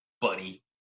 Buddy